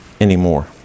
anymore